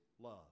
love